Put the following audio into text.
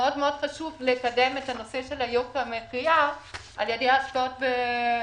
חשוב מאוד לקדם את נושא יוקר המחיה על ידי השקעות בחקלאות,